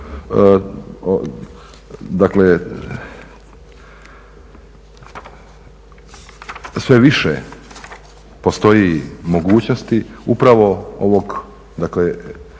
da sve više postoji mogućnosti upravo ovog